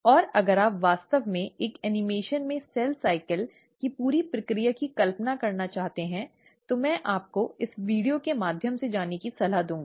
और अगर आप वास्तव में एक एनीमेशन में सेल साइकिल सेल चक्र की पूरी प्रक्रिया की कल्पना करना चाहते हैं तो मैं आपको इस वीडियो के माध्यम से जाने की सलाह दूंगी